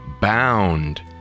Bound